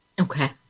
Okay